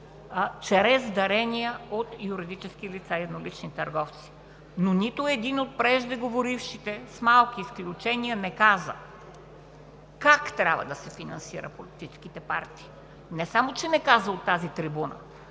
чрез дарения от юридически лица и еднолични търговци, но нито един от преждеговорившите, с малки изключения, не каза как трябва да се финансират политическите партии. Не само че не казаха от тази трибуна,